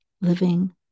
living